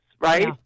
right